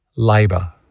labour